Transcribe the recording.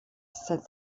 said